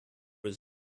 his